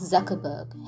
Zuckerberg